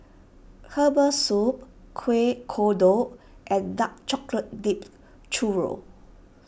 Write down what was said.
Herbal Soup Kuih Kodok and Dark Chocolate Dipped Churro